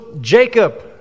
Jacob